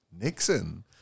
nixon